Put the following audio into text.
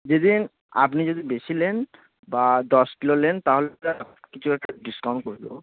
আপনি যদি বেশি নেন বা দশ কিলো নেন তাহলে কিছু একটা ডিসকাউন্ট করে দেবো